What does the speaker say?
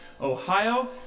ohio